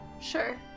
Sure